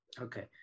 Okay